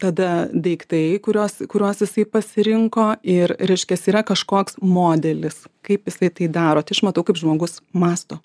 tada daiktai kuriuos kuriuos jisai pasirinko ir reiškiasi yra kažkoks modelis kaip jisai tai darot iš matau kaip žmogus mąsto